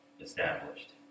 established